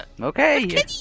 Okay